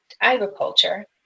agriculture